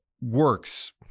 works